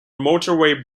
motorway